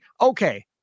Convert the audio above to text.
okay